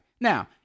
Now